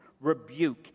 rebuke